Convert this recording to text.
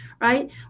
right